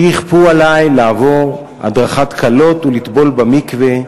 שיכפו עלי לעבור הדרכת כלות ולטבול במקווה,